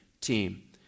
team